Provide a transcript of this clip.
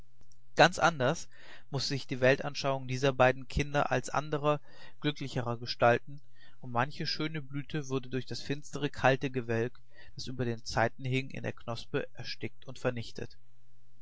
ganz anders mußte sich die weltanschauung dieser beiden kinder als anderer glücklicherer gestalten und manche schöne blüte wurde durch das finstere kalte gewölk das über den zeiten hing in der knospe erstickt und vernichtet